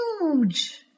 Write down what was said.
huge